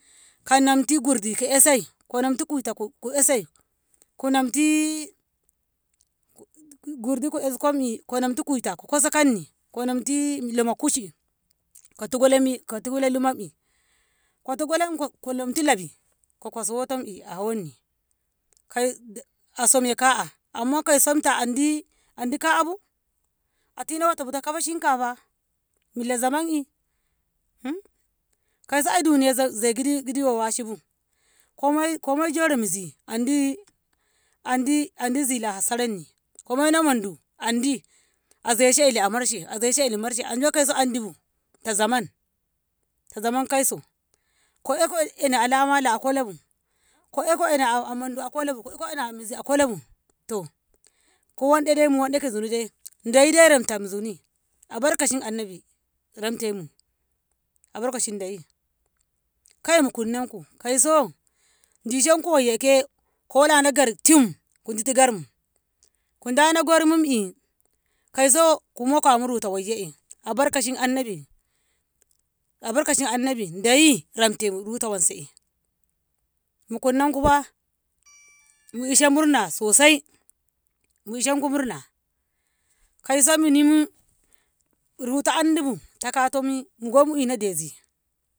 Ko namti gurdi ko esai ko namti kuita ko esai ko namti Gurdi ko eskoyyemmi ko namtu kuita ko kosa kanni ko namti luma kushi ko tugle mi ko tugle luma'i ko tuglanko ko namtu labi ko kas woto' wommi a hawonni asom'ye ka'a Amma kamsoi ta Andi Andi ka'a bu atina wotobu ta kaba shinkafa Milla zaman iih kauso ai duniya zai zai kidi- kidi yo washibu komai komai jori mizi Andi- Andi- Andi zilaha saranni komoino mandu Andi azeshe Eli amarshe azeshe Eli marshe to kauso andibu ta zaman ta zaman kauso ko iko eni alama laa akolabu ko iko eni mandu akolabu ko iko eni mizi akolabu to ko wan'de de mu wan'de ki Zuni de dayide ramte Zuni abarkacin annabi ramtemu abarkacin dayi kaiii mu kunnanko kaiso dishenku wayye ke kolano Gori tim kudutu garmu kudano gormim'i kauso mukamu ruta wayye abarkacin annabi abarkacin annabi dayi ramte ruta wanse'e mukunnanko fa mu ishe murna sosai mu ishenku murna kauso muni mu ruta andibu takato mii gommo inna dezi.